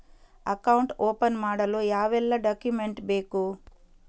Account open ಮಾಡಲು ಯಾವೆಲ್ಲ document ಬೇಕು?